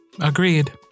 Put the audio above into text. Agreed